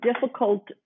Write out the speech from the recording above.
difficult